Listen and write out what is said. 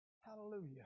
Hallelujah